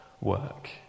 work